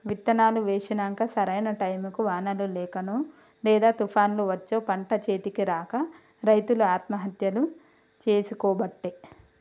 విత్తనాలు వేశినంక సరైన టైముకు వానలు లేకనో లేదా తుపాన్లు వచ్చో పంట చేతికి రాక రైతులు ఆత్మహత్యలు చేసికోబట్టే